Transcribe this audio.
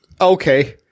Okay